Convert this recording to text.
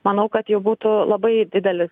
manau kad jau būtų labai didelis